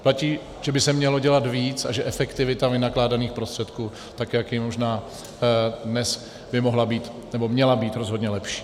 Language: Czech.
Platí, že by se mělo dělat víc a že efektivita vynakládaných prostředků, tak jak je možná dnes, by měla být rozhodně lepší.